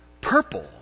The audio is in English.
purple